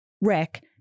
Rick